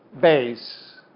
base